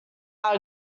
are